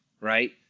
right